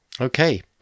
Okay